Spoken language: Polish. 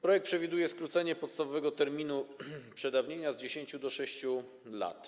Projekt przewiduje skrócenie podstawowego terminu przedawnienia z 10 do 6 lat.